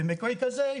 במקרה כזה,